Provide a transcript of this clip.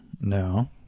No